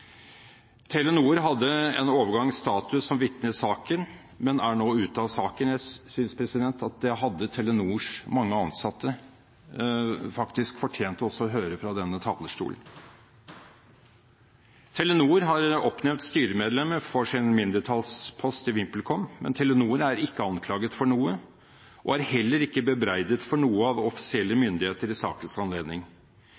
Telenor hadde i en overgang status som vitne i saken, men er nå ute av saken. Det synes jeg Telenors mange ansatte hadde fortjent å høre fra denne talerstolen. Telenor har oppnevnt styremedlemmer for sin mindretallspost i VimpelCom, men Telenor er ikke anklaget for noe, og er heller ikke bebreidet for noe av offisielle